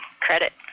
credit